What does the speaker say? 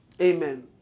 Amen